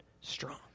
strong